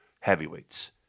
heavyweights